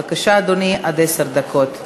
בבקשה, אדוני, עד עשר דקות.